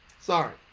Sorry